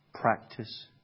practice